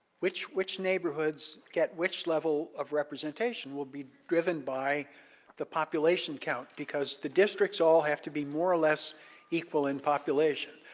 which which neighborhoods get which level of representation will be driven by the population count because the districts all have to be more or less equal in population.